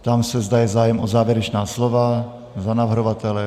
Ptám se, zda je zájem o závěrečná slova za navrhovatele.